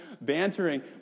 bantering